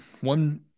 One